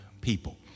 people